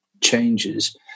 changes